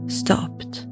stopped